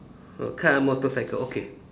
err car motorcycle okay